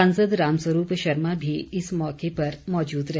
सांसद रामस्वरूप शर्मा भी इस मौके पर मौजूद रहे